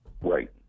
Right